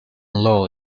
law